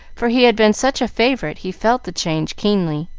for he had been such a favorite he felt the change keenly.